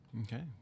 okay